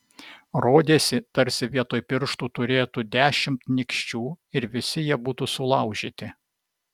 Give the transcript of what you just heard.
rodėsi tarsi vietoj pirštų turėtų dešimt nykščių ir visi jie būtų sulaužyti